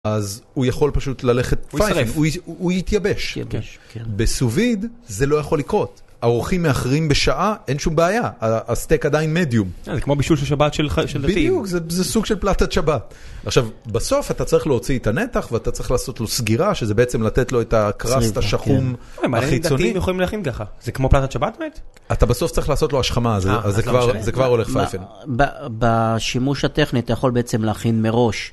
אז הוא יכול פשוט ללכת פייפן, הוא יתייבש. בסוביד זה לא יכול לקרות. ארוכים מאחרים בשעה, אין שום בעיה. הסטק עדיין מדיום. זה כמו בישול של שבת של לחיים. בדיוק, זה סוג של פלטת שבת. עכשיו, בסוף אתה צריך להוציא את הנתח, ואתה צריך לעשות לו סגירה, שזה בעצם לתת לו את הקרסטה, שחום החיצוני. כן, דתיים יכולים להכין ככה. זה כמו פלטת שבת באמת? אתה בסוף צריך לעשות לו השכמה, אז זה כבר הולך פייפן. בשימוש הטכנית, אתה יכול בעצם להכין מראש.